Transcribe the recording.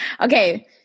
Okay